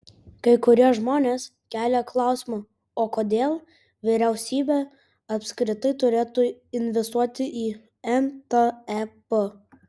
kai kurie žmonės kelia klausimą o kodėl vyriausybė apskritai turėtų investuoti į mtep